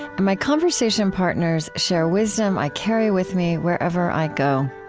and my conversation partners share wisdom i carry with me wherever i go.